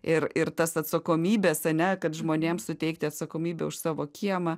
ir ir tas atsakomybės ane kad žmonėms suteikti atsakomybę už savo kiemą